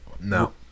no